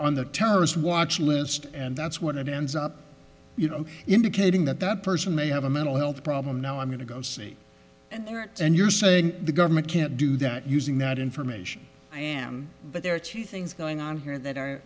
on the terrorist watch list and that's what ends up you know indicating that that person may have a mental health problem now i'm going to go see and there aren't and you're saying the government can't do that using that information i am but there are two things going on here that are